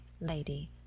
lady